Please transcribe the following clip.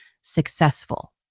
successful